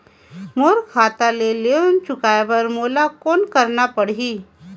मोर खाता ले लोन चुकाय बर मोला कौन करना पड़ही?